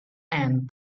and